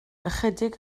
ychydig